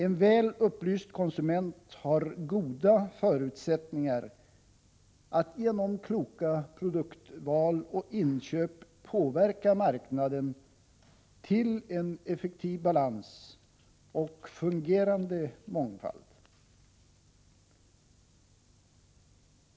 En väl upplyst konsument har goda förutsättningar att genom kloka produktval och inköp påverka marknaden så att en effektiv balans och en fungerande mångfald uppnås.